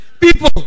people